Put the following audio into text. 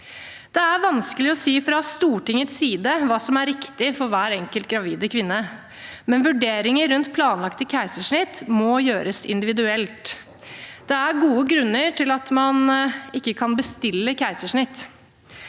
Det er vanskelig fra Stortingets side å si hva som er riktig for hver enkelt gravide kvinne, men vurderinger rundt planlagte keisersnitt må gjøres individuelt. Det er gode grunner til at man ikke kan bestille keisersnitt.